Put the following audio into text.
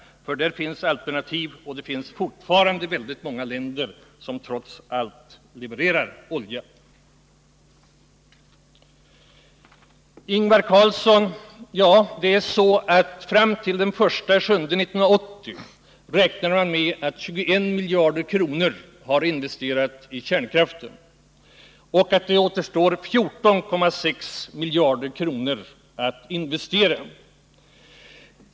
I det senare fallet finns det alternativ, eftersom det fortfarande finns många länder som trots allt levererar olja. Sedan till Ingvar Carlsson. Man räknar med att fram till den 1 juli 1980 21 miljarder kronor har investerats i kärnkraften och att det återstår 14,6 miljarder kronor att investera.